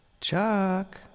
Chuck